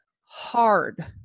hard